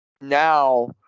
now